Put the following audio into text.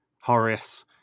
Horace